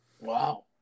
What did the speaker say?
Wow